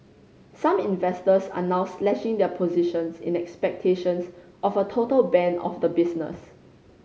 some investors are now slashing their positions in expectations of a total ban of the business